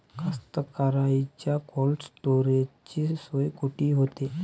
कास्तकाराइच्या कोल्ड स्टोरेजची सोय कुटी होते?